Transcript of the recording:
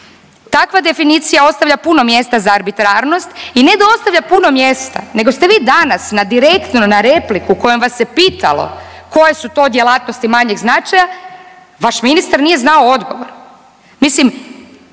Takva definicija ostavlja puno mjesta za arbitrarnost i ne da ostavlja puno mjesta, nego ste vi danas na direktno, na repliku kojom vas se pitalo koje su to djelatnosti manjeg značaja, vaš ministar nije znao odgovor.